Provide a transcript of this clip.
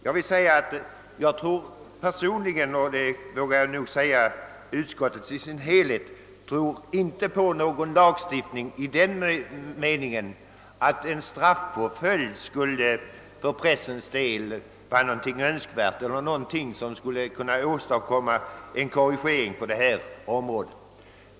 Jag personligen — och jag vågar nog säga även utskottet i dess helhet — tror inte på någon lagstiftning i den meningen att en straffpåföljd för pressens vidkommande skulle vara önskvärd eller skulle kunna åstadkomma en förändring till det bättre på detta område.